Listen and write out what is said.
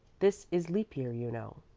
this is leap-year, you know,